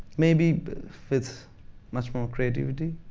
maybe if it's much more creativity,